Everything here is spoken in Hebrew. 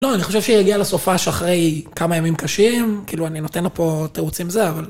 לא, אני חושב יגיע לסופש שאחרי כמה ימים קשים, כאילו, אני נותן לה פה תירוץ עם זה, אבל...